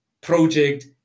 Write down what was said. project